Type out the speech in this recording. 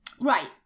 Right